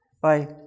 Bye